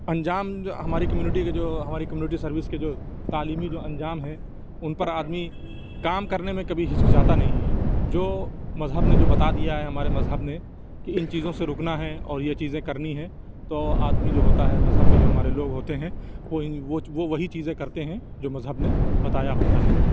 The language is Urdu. انجام جو ہماری کمیونٹی کا جو ہماری کمیونٹی سروس کے جو تعلیمی جو انجام ہے اُن پر آدمی کام کرنے میں کبھی ہِچکچاتا نہیں ہے جو مذہب نے جو بتا دیا ہے ہمارے مذہب نے کہ اِن چیزوں سے رُکنا ہے اور یہ چیزیں کرنی ہیں تو آدمی جو ہوتا ہے مذہب کے جو ہمارے لوگ ہوتے ہیں وہ وہ وہ وہی چیزیں کرتے ہیں جو مذہب نے بتایا ہوتا ہے